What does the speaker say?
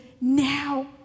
now